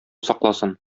сакласын